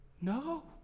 no